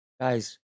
guys